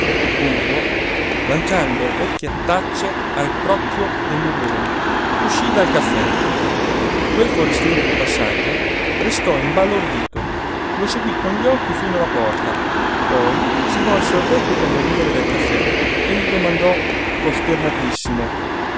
curvo lanciando occhiatacce al crocchio degli urloni uscí dal caffè quel forestiere di passaggio restò imbalordito lo seguí con gli occhi fino alla porta poi si volse al vecchio cameriere del caffè e gli domandò costernatissimo chi